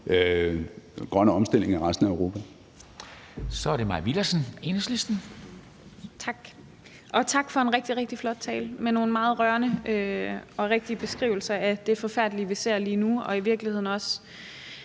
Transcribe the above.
Enhedslisten. Kl. 13:54 Mai Villadsen (EL): Tak. Og tak for en rigtig, rigtig flot tale med nogle meget rørende og rigtige beskrivelser af det forfærdelige, vi ser lige nu, og som i virkeligheden også